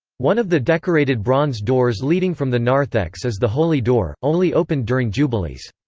one of the decorated bronze doors leading from the narthex is the holy door, only opened during jubilees.